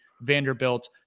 Vanderbilt